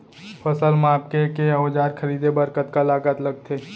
फसल मापके के औज़ार खरीदे बर कतका लागत लगथे?